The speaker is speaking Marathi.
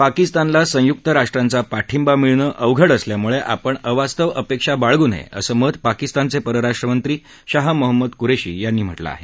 पाकिस्तानला संयुक्त राष्ट्रांचा पाठिंबा मिळणं अवघड असल्यामुळे आपण अवास्तव अपेक्षा बाळगू नये असं मत पाकिस्तानचे परराष्ट्रमंत्री शाह मोहम्मद कुरेशी यांनी म्हटलं आहे